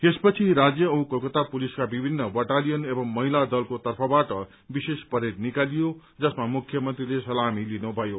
यसपछि राज्य औ कोलकता पुलिसका विभित्र बटालियन एवं महिला दलको तर्फबाट विशेष परेड निकालिया जसमा मुख्यमन्त्रीले सलामी लिनुभयो